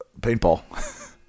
paintball